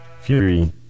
Fury